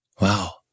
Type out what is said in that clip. Wow